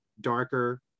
darker